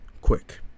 quick